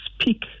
speak